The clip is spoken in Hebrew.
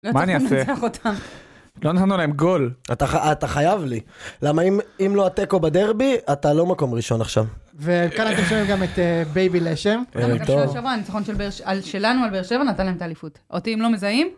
מה אני אעשה? לא נתנו להם גול. אתה חייב לי. למה אם לא התיקו בדרבי, אתה לא מקום ראשון עכשיו. וכאן אתם שומעים גם את בייבי לשם. טוב, בבקשה יושבן, ניצחון שלנו על באר שבע נתן להם את האליפות. אותי הם לא מזהים.